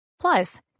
Plus